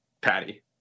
Patty